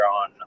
on